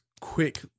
quick